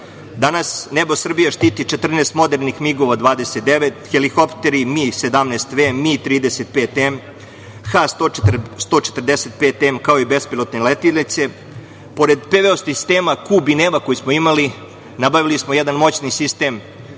Danas nebo Srbije štiti 14 modernih MIG-ova 29, helikopteri Mi-17V, Mi–35M, H-145M, kao i bespilotne letelice. Pored PVO sistema Kub i Neva, koje smo imali, nabavili smo i jedan moćni sistem